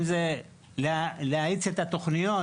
אם זה להאיץ את התוכניות,